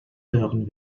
hören